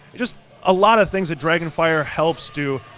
just a lot of thing that dragon fire helps do.